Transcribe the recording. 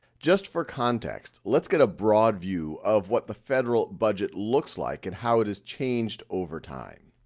just for context, let's get a broad view of what the federal budget looks like and how it has changed over time.